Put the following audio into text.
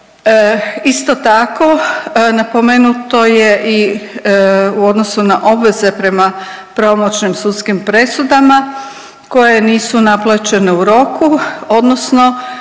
Isto tako, napomenuto je i u odnosu na obveze prema pravomoćnim sudskim presudama koje nisu naplaćene u roku odnosno